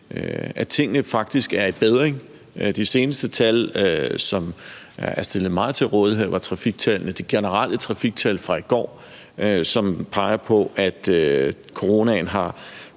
at tingene faktisk er i bedring. De seneste tal, som er stillet mig til rådighed, er de generelle trafiktal fra i går, som peger på, at coronaen har